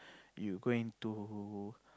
you going to